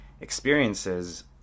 experiences